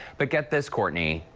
but get this, courtney,